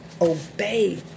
Obey